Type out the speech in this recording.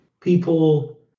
people